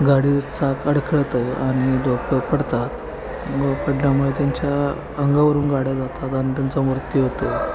गाडी चाक अडखळतं आणि लोकं पडतात पडल्यामुळे त्यांच्या अंगावरून गाड्या जातात आणि त्यांचा मृत्यू होतो